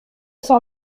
cent